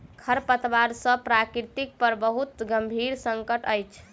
खरपात सॅ प्रकृति पर बहुत गंभीर संकट अछि